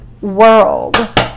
world